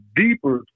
deeper